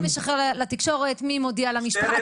מי משחרר לתקשורת, מי מודיע למשפחה?